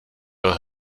byl